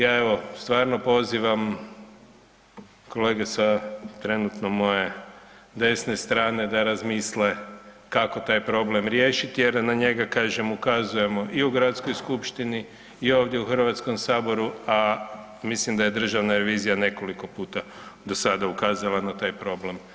Ja evo stvarno pozivam kolege sa trenutno moje desne strane da razmisle kako taj problem riješiti jer na njega kažem ukazujemo i u Gradskoj skupštini i ovdje u Hrvatskom saboru, a mislim da je Državna revizija nekoliko puta do sada ukazala na taj problem.